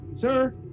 sir